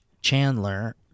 Chandler